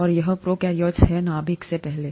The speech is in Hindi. और यह प्रोकैरियोट है नाभिक से पहले